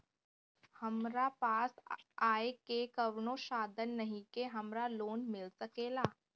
हमरा पास आय के कवनो साधन नईखे हमरा लोन मिल सकेला?